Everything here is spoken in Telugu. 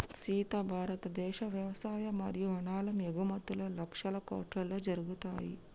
సీత భారతదేశ వ్యవసాయ మరియు అనాలం ఎగుమతుం లక్షల కోట్లలో జరుగుతాయి